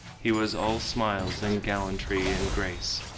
he was all smiles and gallantry and grace,